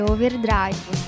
Overdrive